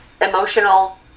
emotional